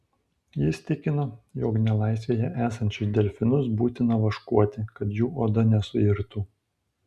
jis tikino jog nelaisvėje esančius delfinus būtina vaškuoti kad jų oda nesuirtų